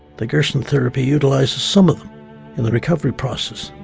the gerson therapy utilizes some of them in the recovery process.